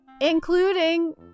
Including